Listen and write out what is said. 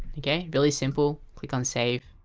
yeah really simple. click on save